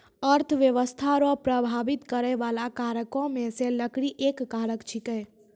अर्थव्यस्था रो प्रभाबित करै बाला कारको मे से लकड़ी एक कारक छिकै